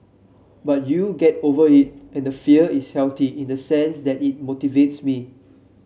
but you get over it and the fear is healthy in the sense that it motivates me